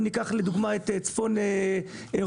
אם ניקח למשל את צפון אירופה,